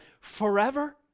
forever